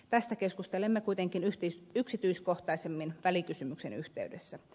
tästä keskustelemme kuitenkin yksityiskohtaisemmin välikysymyksen yhteydessä